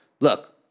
look